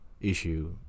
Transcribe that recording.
issue